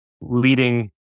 leading